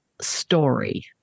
story